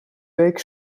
week